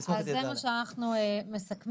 אז זה מה שאנחנו מסכמים,